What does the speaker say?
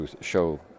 show